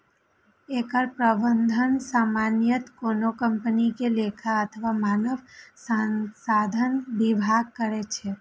एकर प्रबंधन सामान्यतः कोनो कंपनी के लेखा अथवा मानव संसाधन विभाग करै छै